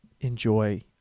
enjoy